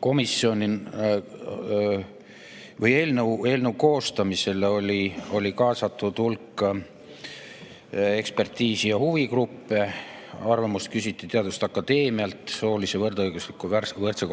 kuus tükki. Eelnõu koostamisse oli kaasatud hulk ekspertiisi- ja huvigruppe. Arvamust küsiti teaduste akadeemialt, soolise võrdõiguslikkuse ja võrdse